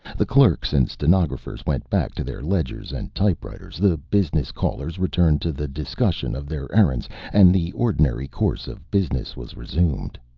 the clerks and stenographers went back to their ledgers and typewriters, the business callers returned to the discussion of their errands, and the ordinary course of business was resumed.